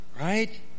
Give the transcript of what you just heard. Right